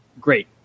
Great